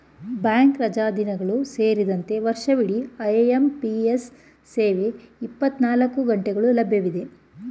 bank ರಜಾದಿನಗಳು ಸೇರಿದಂತೆ ವರ್ಷವಿಡಿ ಐ.ಎಂ.ಪಿ.ಎಸ್ ಸೇವೆ ಇಪ್ಪತ್ತನಾಲ್ಕು ಗಂಟೆಗಳು ಲಭ್ಯವಿದೆ